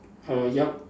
err yup